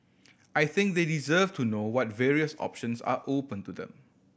I think they deserve to know what various options are open to them